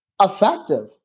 effective